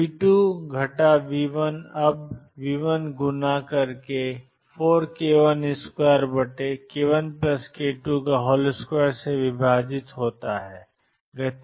तो v2 घटा v1 अब v1 गुणा 4k12 k1k22से विभाजित है